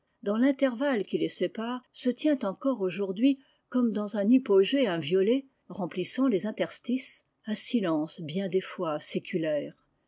dans l'intervalle quiles sépare se tient encore aujourd'hui comme dans un hypogée inviolé remplissant les interstices un silence bien des fois séculaire